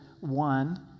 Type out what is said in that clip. one